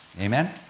Amen